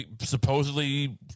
supposedly